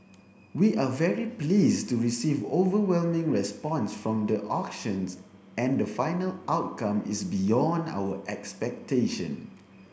we are very pleased to receive overwhelming response from the auctions and the final outcome is beyond our expectation